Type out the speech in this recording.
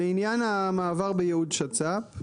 לעניין המעבר בייעוד שצ"פ.